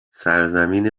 سرزمین